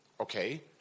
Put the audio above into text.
Okay